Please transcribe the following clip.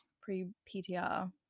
Pre-PTR